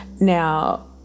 Now